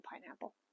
pineapple